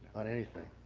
on anything.